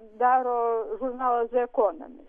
daro žurnalas ve ekonomi